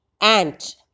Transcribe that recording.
ant